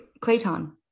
Clayton